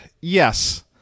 yes